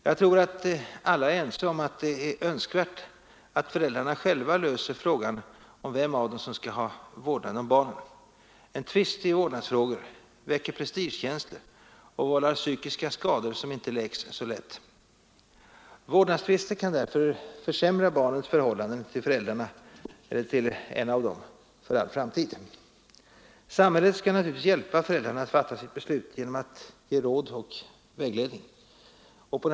Jag tror att alla är ense om att det är önskvärt att föräldrarna själva löser frågan om vem av dem som skall ha vårdnaden om barnen. En tvist i vårdnadsfrågor väcker prestigekänslor och vållar psykiska skador som inte läks så lätt. Vårdnadstvister kan därför försämra barnens förhållanden till föräldrarna eller en av dem för all framtid. Samhället skall naturligtvis hjälpa föräldrarna att fatta sitt beslut genom att ge dem råd och vägledning.